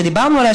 שדיברנו עליה,